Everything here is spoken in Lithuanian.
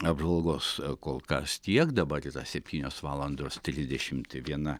apžvalgos kol kas tiek dabar yra septynios valandos trisdešimt viena